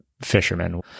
fishermen